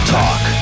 talk